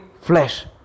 flesh